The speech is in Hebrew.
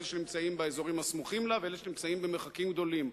אלה שנמצאים באזורים הסמוכים לה ואלה שנמצאים במרחקים גדולים.